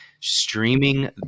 streaming